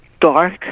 dark